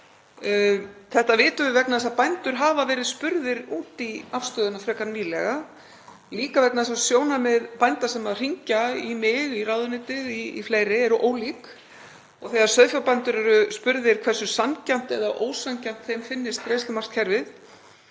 Þetta vitum við vegna þess að bændur hafa verið spurðir út í afstöðuna frekar nýlega, líka vegna þess að sjónarmið bænda sem hringja í mig, í ráðuneytið, í fleiri, eru ólík. Þegar sauðfjárbændur eru spurðir hversu sanngjarnt eða ósanngjarnt þeim finnist greiðslumarkskerfið